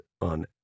on